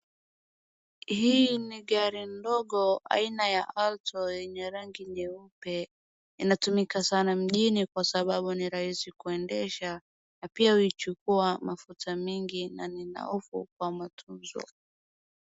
Hii ni gari ndogo aina ya Alto yenye rangi nyeupe. Inatumika sana mjini kwa sababu ni rahisi kuendesha na pia huichukia mafuta mingi na nafuu kwa matunzo.